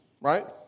right